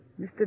Mr